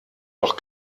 doch